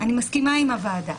אני מסכימה עם הוועדה,